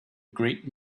great